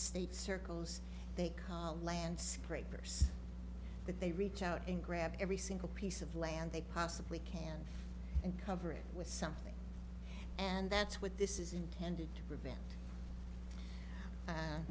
state circles they call land scrapers but they reach out and grab every single piece of land they possibly can and cover it with something and that's what this is intended to prevent